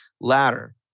ladder